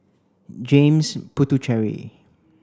James Puthucheary